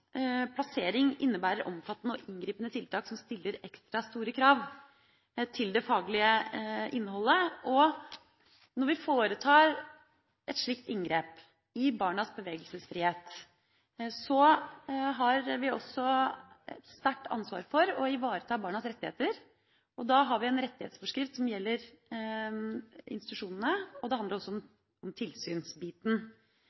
plassering innebærer omfattende og inngripende tiltak som stiller ekstra store krav til det faglige innholdet, og når vi foretar et slikt inngrep i barnas bevegelsesfrihet, har vi også et stort ansvar for å ivareta barnas rettigheter. Da har vi en rettighetsforskrift som gjelder institusjonene, og det handler også